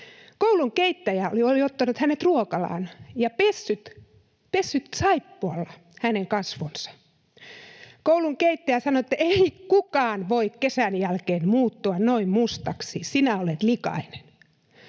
Koulun keittäjä oli ottanut hänet ruokalaan ja pessyt saippualla hänen kasvonsa. Koulun keittäjä sanoi, että ei kukaan voi kesän jälkeen muuttua noin mustaksi. Sinä olet likainen.